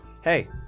Hey